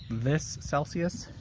this celsius.